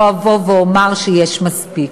לעולם לא אבוא ואומר שיש מספיק.